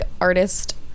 artist